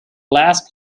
last